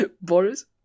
Boris